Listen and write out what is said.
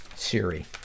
Siri